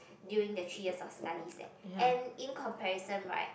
during the three years of studies eh and in comparison right